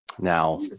now